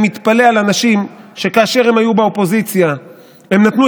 אני מתפלא על אנשים שכאשר הם היו באופוזיציה הם נתנו